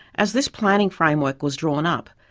as this planning framework was drawn up,